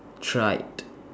tried